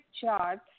chart